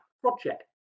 project